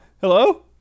Hello